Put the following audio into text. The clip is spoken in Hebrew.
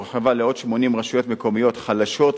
הורחבה לעוד 80 רשויות מקומיות חלשות,